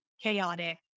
chaotic